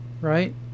Right